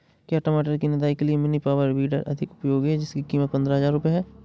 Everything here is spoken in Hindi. क्या टमाटर की निदाई के लिए मिनी पावर वीडर अधिक उपयोगी है जिसकी कीमत पंद्रह हजार है?